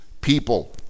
people